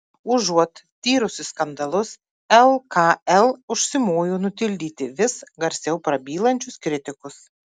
užuot tyrusi skandalus lkl užsimojo nutildyti vis garsiau prabylančius kritikus